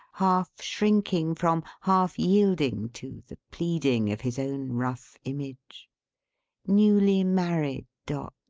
half shrinking from, half yielding to, the pleading of his own rough image newly-married dots,